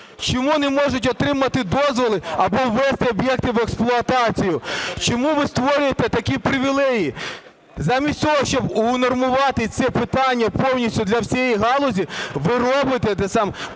Чому не можуть отримати дозволи або ввести об'єкти в експлуатацію? Чому ви створюєте такі привілеї? Замість того, щоб унормувати це питання повністю для всієї галузі, ви робите привілеї